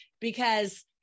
because-